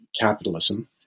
capitalism